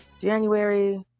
January